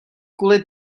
kvůli